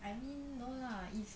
I mean no lah if